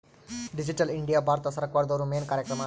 digital India Bharat ಸರ್ಕಾರ್ದೊರ್ದು main ಕಾರ್ಯಕ್ರಮ